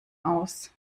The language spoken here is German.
aus